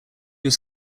was